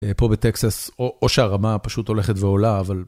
פה בטקסס, או שהרמה פשוט הולכת ועולה, אבל...